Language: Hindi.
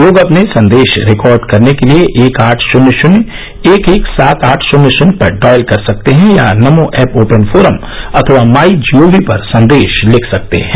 लोग अपने संदेश रिकॉर्ड करने के लिए एक आठ शुन्य शुन्य एक एक सात आठ शुन्य शुन्य पर डॉयल कर सकते हैं या नमो ऐप ओपन फोरम अथवा माई जी ओ वी पर संदेश लिख सकते हैं